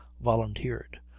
volunteered